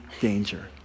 danger